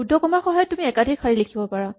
উদ্ধকমাৰ সহায়ত তুমি একাধিক শাৰী লিখিব পাৰা